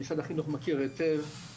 שמשרד החינוך מכיר היטב,